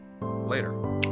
later